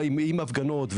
עם הפגנות,